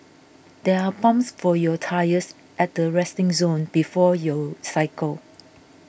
there are pumps for your tyres at the resting zone before you cycle